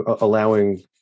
allowing